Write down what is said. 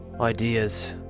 ideas